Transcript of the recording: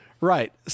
Right